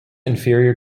inferior